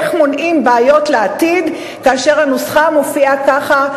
איך מונעים בעיות לעתיד כאשר הנוסחה המופיעה כך,